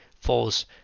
false